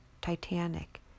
Titanic